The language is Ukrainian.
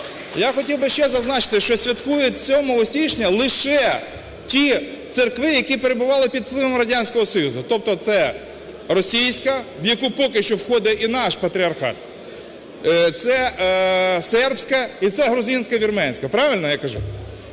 Я хотів би ще зазначити, що святкують 7 січня лише ті церкви, які перебували під впливом Радянського союзу, тобто це російська, в яку поки що входить і наш патріархат, це Сербська, це Грузинська і Вірменська, правильно я кажу?